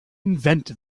invent